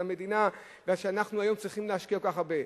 המדינה ואנחנו צריכים היום להשקיע כל כך הרבה.